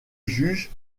juge